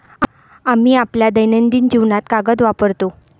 आम्ही आपल्या दैनंदिन जीवनात कागद वापरतो